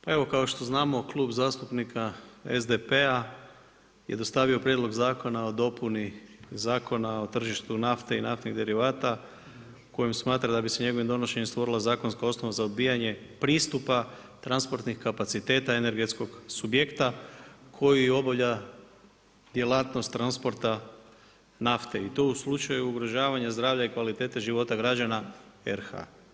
Pa evo kao što znamo, Klub zastupnika SDP-a je dostavio Prijedlog zakona o dopuni Zakona o tržištu nafte i naftnih derivata u kojem smatra da bi se njegovim donošenjem stvorila zakonska osnova za odbijanje pristupa transportnih kapaciteta energetskog subjekta koji obavlja djelatnost transporta nafte i to u slučaju ugrožavanja zdravlja i kvalitete života građana RH.